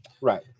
right